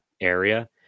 area